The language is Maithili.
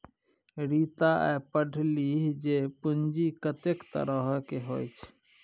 रीता आय पढ़लीह जे पूंजीक कतेक तरहकेँ होइत छै